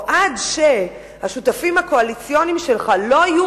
עד שהשותפים הקואליציוניים שלך לא יהיו